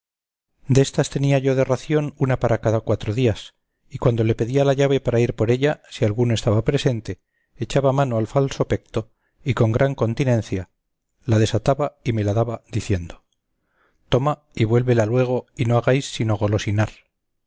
destas tenía yo de ración una para cada cuatro días y cuando le pedía la llave para ir por ella si alguno estaba presente echaba mano al falsopecto y con gran continencia la desataba y me la daba diciendo toma y vuélvela luego y no hagáis sino golosinar